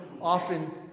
often